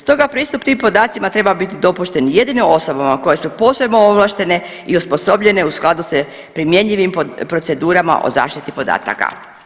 Stoga pristup tim podacima treba biti dopušten jedino osobama koje su posebno ovlaštene i osposobljene u skladu sa primjenjivim procedurama o zaštiti podataka.